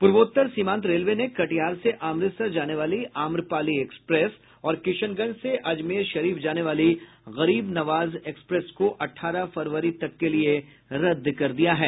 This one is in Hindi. पूर्वोत्तर सीमांत रेलवे ने कटिहार से अमृतसर जाने वाली आम्रपाली एक्सप्रेस और किशनगंज से अजमेरशरीफ जाने वाली गरीब नवाज एक्सप्रेस को अठारह फरवरी तक के लिये रद्द कर दिया है